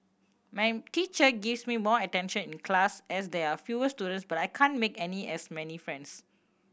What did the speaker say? my teacher gives me more attention in class as there are fewer students but I can't make any as many friends